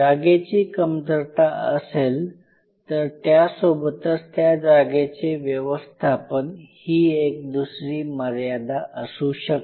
जागेची कमतरता असेल तर त्यासोबतच त्या जागेचे व्यवस्थापन ही एक दुसरी मर्यादा असू शकते